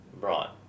Right